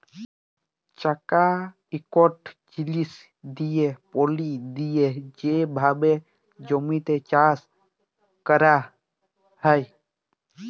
চাকা ইকট জিলিস দিঁয়ে পলি দিঁয়ে যে ভাবে জমিতে চাষ ক্যরা হয়